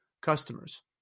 customers